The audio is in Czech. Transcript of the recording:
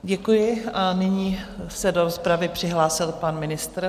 Děkuji a nyní se do rozpravy přihlásil pan ministr.